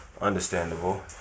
Understandable